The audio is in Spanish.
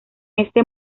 este